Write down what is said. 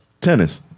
Tennis